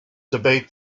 debate